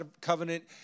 covenant